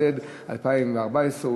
התשע"ד 2014,